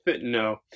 No